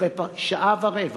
אחרי שעה ורבע